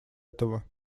этого